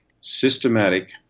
systematic